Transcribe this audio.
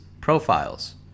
profiles